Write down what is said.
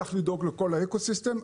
צריך לדאוג לכל האקו-סיסטם.